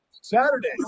Saturday